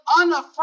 unafraid